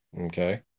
Okay